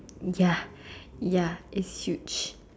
ya ya it's huge